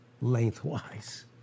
lengthwise